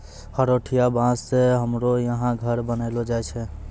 हरोठिया बाँस से हमरो यहा घर बनैलो जाय छै